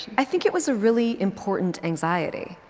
i think it was a really important anxiety.